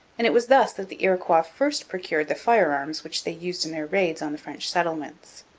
and it was thus that the iroquois first procured the firearms which they used in their raids on the french settlements.